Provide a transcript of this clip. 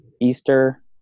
Easter